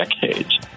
decades